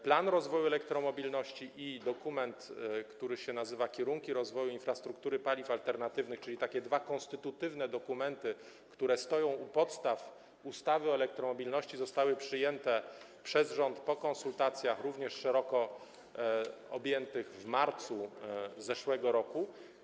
Plan rozwoju elektromobilności” i dokument dotyczący kierunków rozwoju infrastruktury paliw alternatywnych, czyli takie dwa konstytutywne dokumenty, które leżą u podstaw ustawy o elektromobilności, zostały przyjęte przez rząd po konsultacjach również szeroko ujętych w marcu zeszłego roku.